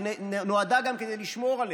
שנועדה גם לשמור עליה.